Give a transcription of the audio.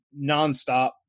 nonstop